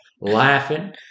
laughing